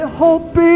hope